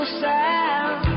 sound